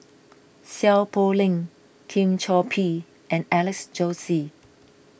Seow Poh Leng Lim Chor Pee and Alex Josey